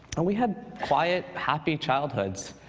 and we had quiet, happy childhoods.